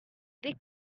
they